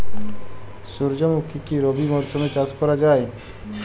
সুর্যমুখী কি রবি মরশুমে চাষ করা যায়?